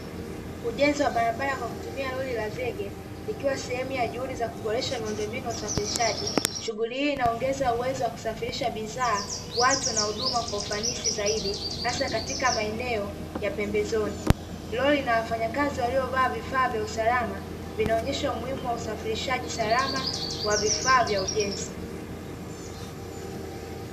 Ujenzi wa barabara kwa kutumia roli la zege. Ikiwa sehemu ya juhudi za kuboresha miundombinu ya usafirishaji. Shughuli hii inaongeza uwezo wa kusafirisha bidhaa, watu na huduma kwa ufanisi zaidi hasa katika maeneo ya pembezoni. Roli na wafanyakazi waliovaa vifaa vya usalama vinaonesha umuhimu wa usafirishaji salama wa vifaa vya ujenzi.